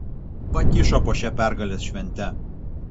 pakišo po šia pergalės švente